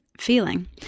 feeling